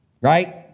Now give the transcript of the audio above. Right